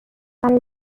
برای